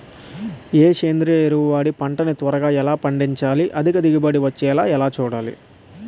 ఏ సేంద్రీయ ఎరువు వాడి పంట ని త్వరగా ఎలా పండించాలి? అధిక దిగుబడి వచ్చేలా ఎలా చూడాలి?